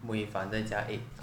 mui fan 再加 egg